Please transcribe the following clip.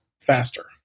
faster